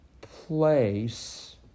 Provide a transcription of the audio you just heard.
place